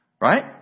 Right